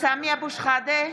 סמי אבו שחאדה,